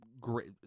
great